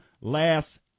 last